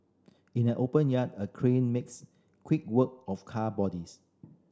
in an open yard a crane makes quick work of car bodies